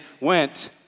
went